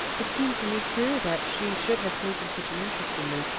it seemed to me queer that she should have taken such an interest in me,